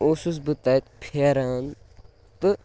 اوسُس بہٕ تَتہِ پھیران تہٕ